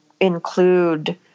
include